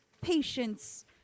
patience